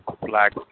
Black